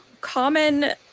common